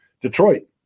Detroit